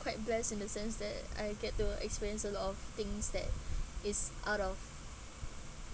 quite blessed in the sense that I get to experience a lot of things that is out of